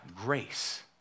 grace